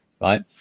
right